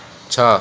ଛଅ